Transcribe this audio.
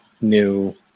New